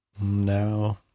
No